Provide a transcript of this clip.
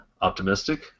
optimistic